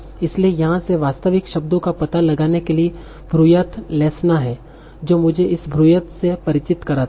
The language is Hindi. इसलिए यहां से वास्तविक शब्दों का पता लगाने के लिए bruyat lesna है जो मुझे इस bruyat से परिचित कराता है